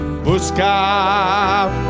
Buscar